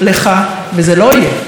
אנחנו אוהבים את ישראל,